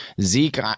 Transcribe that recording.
Zeke